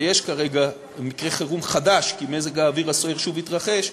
ויש כרגע מקרה חירום חדש כי מזג האוויר הסוער שוב התרחש,